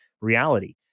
reality